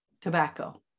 tobacco